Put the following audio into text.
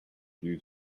you